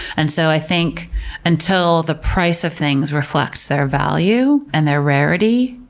and so i think until the price of things reflects their value and their rarity,